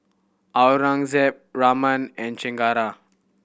Aurangzeb Raman and Chengara